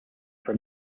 for